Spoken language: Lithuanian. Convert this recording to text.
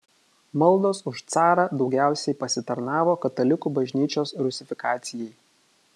maldos už carą daugiausiai pasitarnavo katalikų bažnyčios rusifikacijai